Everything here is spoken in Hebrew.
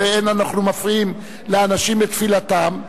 ואין אנחנו מפריעים לאנשים בתפילתם,